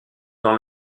dans